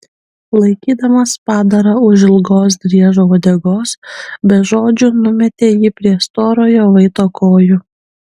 laikydamas padarą už ilgos driežo uodegos be žodžių numetė jį prie storojo vaito kojų